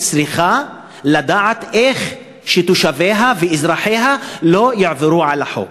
צריכה לדעת איך תושביה ואזרחיה לא יעברו על החוק.